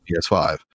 PS5